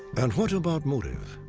and what about motive?